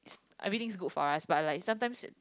everything's good for us but sometimes